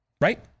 Right